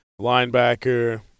linebacker